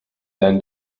then